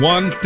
One